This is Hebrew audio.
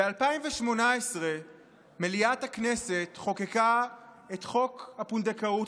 ב-2018 מליאת הכנסת חוקקה את חוק הפונדקאות,